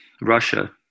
Russia